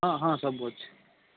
ହଁ ହଁ ସବୁ ଅଛି